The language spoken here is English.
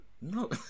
no